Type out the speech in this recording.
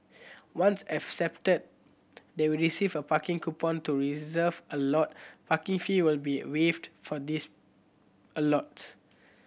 once accepted they will receive a parking coupon to reserve a lot Parking fees will be waived for these a lots